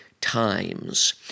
Times